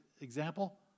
example